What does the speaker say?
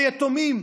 היתומים,